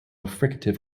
fricative